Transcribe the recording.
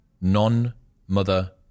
non-mother